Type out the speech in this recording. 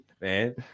man